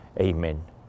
Amen